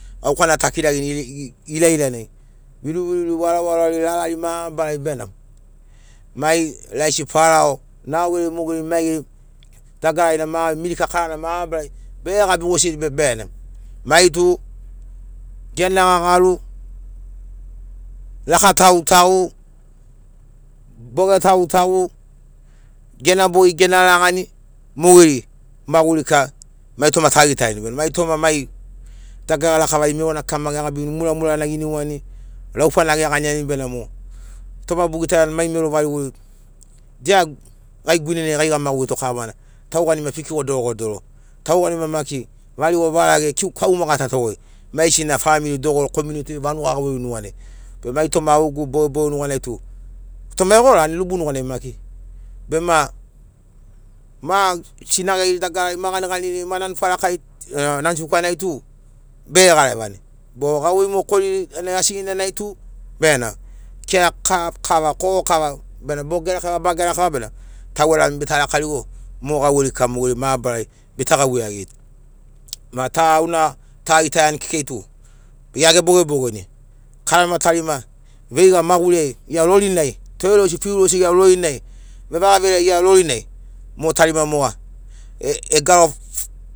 Gauka na takiragirini ilailanai viruviruri varovarori lalari mabarari bena mai laisi farao nao geri mo geri mai geri dagara na mirika kara na mabarari bege gabi gosiri be benam mai tu gena gagaru laka taguitagui boga taguitagui gena bogi gena lagani mo geri maguri kika mai toma tagitarini bene mai toma mai dagara lakavari mero na kika gegabirini muramura na geniuani laufa na geganiani benamo toma bogitaiani mai mero variguri dia gai guinena gai gamagurigoto goi kavana tauanima fikio dogorodogoro. tauanima maki varigo varage kinkau mo gatato goi mai gesina family dogoro komiuniti vanuga gauveiri nuganai be mai toma au gegu bogeboge nuganai tu toma egorani rubu nuganai maki bema ma sinageri dagarari ma ganiganiri ma nanu farakari nanu segukari tu bege garevani o gauvei mo koriri asiginanai tu kira kava kogo kava bena bogera kava bogera kava bena taugera bita raka rigo mo gauveiri kika mo geri mabarari bita gauvei iagiri ma ta gauna tagitaiani tu gia gebogebogeni karama tarima veiga maguri ai gia rorinai torerosi fiurosi gia rorinai vevaga vere ai rorinai mo tarima moga egaro